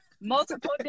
Multiple